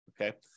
okay